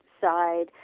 side